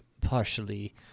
partially